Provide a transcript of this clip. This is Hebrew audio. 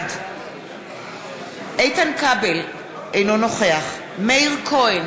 בעד איתן כבל, אינו נוכח מאיר כהן,